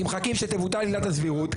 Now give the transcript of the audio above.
כי מחכים שתבוטל עילת הסבירות,